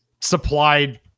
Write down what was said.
supplied